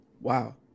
wow